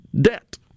debt